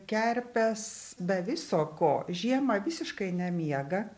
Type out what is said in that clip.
kerpės be viso ko žiemą visiškai nemiega